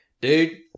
Dude